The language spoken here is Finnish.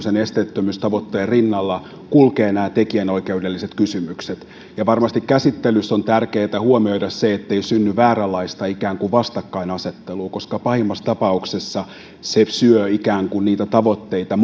sen esteettömyystavoitteen rinnalla kulkevat nämä tekijänoikeudelliset kysymykset varmasti käsittelyssä on tärkeää huomioida se ettei synny vääränlaista ikään kuin vastakkainasettelua koska pahimmassa tapauksessa se syö molemmilta puolilta niitä tavoitteita